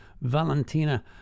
Valentina